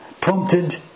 prompted